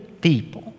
people